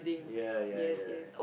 ya ya ya